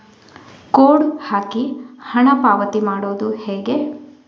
Code ಹಾಕಿ ಹಣ ಪಾವತಿ ಮಾಡೋದು ಹೇಗೆ?